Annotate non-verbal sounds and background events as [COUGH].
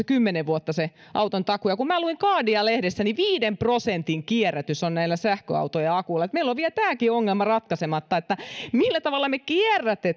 [UNINTELLIGIBLE] kymmenen vuotta se [UNINTELLIGIBLE] [UNINTELLIGIBLE] takuu minä luin guardian lehdestä että viiden prosentin kierrätys on näillä sähköautojen akuilla eli meillä on vielä tämäkin ongelma ratkaisematta [UNINTELLIGIBLE] [UNINTELLIGIBLE] [UNINTELLIGIBLE] millä tavalla me kierrätämme [UNINTELLIGIBLE]